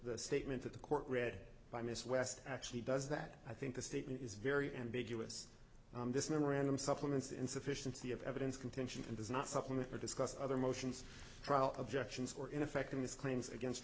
the statement of the court read by miss west actually does that i think the statement is very ambiguous this memorandum supplements insufficiency of evidence contention and does not supplement or discuss other motions objections or ineffectiveness claims against